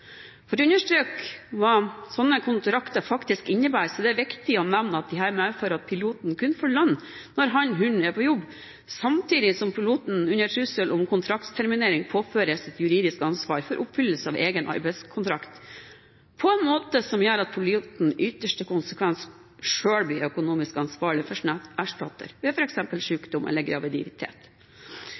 for gitt i Norge. For å understreke hva slike kontrakter faktisk innebærer er det viktig å nevne at disse medfører at piloten kun får lønn når han/hun er på jobb, samtidig som piloten under trussel om kontraktsterminering påføres et juridisk ansvar for oppfyllelse av egen arbeidskontrakt. Dette gjør at piloten i ytterste konsekvens selv blir økonomisk ansvarlig for sin erstatter ved f.eks. sykdom eller graviditet.